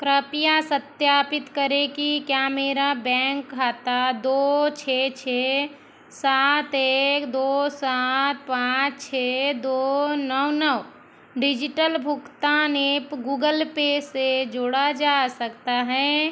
कृपया सत्यापित करें कि क्या मेरा बैंक खाता दो छः छः सात एक दो सात पाँच छः दो नौ नौ डिजिटल भुगतान ऐप गूगल पे से जोड़ा जा सकता है